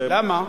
זה, למה?